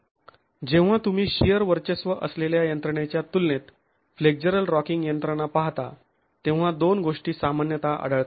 जेव्हा तुम्ही शिअर वर्चस्व असलेल्या यंत्रणेच्या तुलनेत फ्लेक्झरल रॉकिंग यंत्रणा पाहता तेव्हा दोन गोष्टी सामान्यत आढळतात